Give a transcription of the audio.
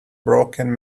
broken